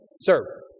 Sir